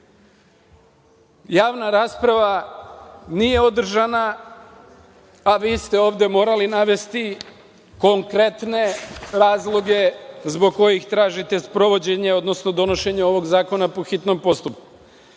Javna rasprava nije održana, a vi ste ovde morali navesti konkretne razloge zbog kojih tražite sprovođenje, odnosno donošenje ovog zakona po hitnom postupku. Treći